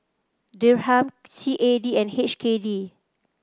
Dirham C A D and H K D